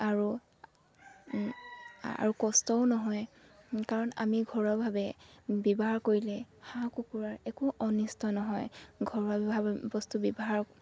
আৰু আৰু কষ্টও নহয় কাৰণ আমি ঘৰুৱাভাৱে ব্যৱহাৰ কৰিলে হাঁহ কুকুৰাৰ একো অনিষ্ট নহয় ঘৰুৱাভাৱে বস্তু ব্যৱহাৰ